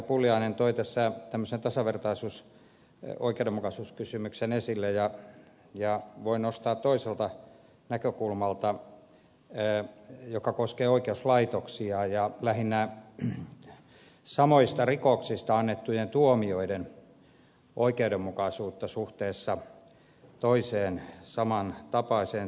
pulliainen toi tässä tämmöisen tasavertaisuus oikeudenmukaisuuskysymyksen esille ja voin nostaa esille toisesta näkökulmasta asian joka koskee oikeuslaitoksia ja lähinnä samantapaisista rikoksista annettujen tuomioiden oikeudenmukaisuutta suhteessa toisiinsa